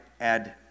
add